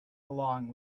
along